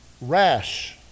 rash